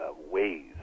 ways